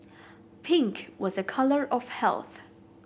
pink was a colour of health